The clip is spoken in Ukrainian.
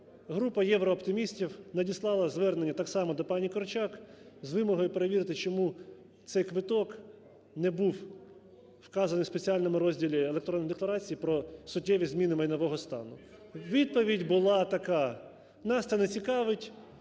Група єврооптимістів надіслала звернення так само до пані Корчак з вимогою перевірити, чому цей квиток не був вказаний в спеціальному розділі електронної декларації про суттєві зміни майнового стану. (Шум у залі) Відповідь була така: нас це не цікавить,